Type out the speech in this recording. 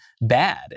bad